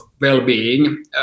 well-being